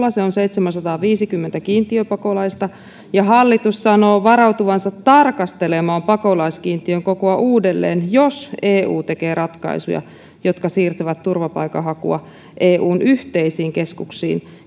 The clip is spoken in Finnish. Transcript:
tasolla se on seitsemänsataaviisikymmentä kiintiöpakolaista ja hallitus sanoo varautuvansa tarkastelemaan pakolaiskiintiön kokoa uudelleen jos eu tekee ratkaisuja jotka siirtävät turvapaikanhakua eun yhteisiin keskuksiin